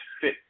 fit